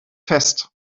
fest